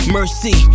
Mercy